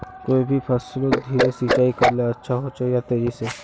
कोई भी फसलोत धीरे सिंचाई करले अच्छा होचे या तेजी से?